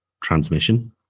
transmission